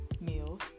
meals